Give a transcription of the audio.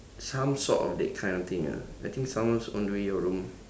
some sort of that kind of thing lah I think someone's on the way your room